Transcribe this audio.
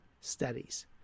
studies